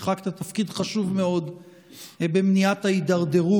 שיחקת תפקיד חשוב מאוד במניעת ההידרדרות,